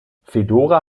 feodora